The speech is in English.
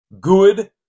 good